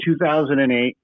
2008